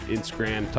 Instagram